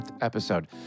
episode